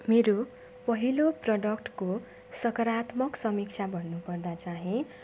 मेरो पहिलो प्रडक्टको सकरात्मक समीक्षा भन्नु पर्दा चाहिँ